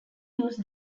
use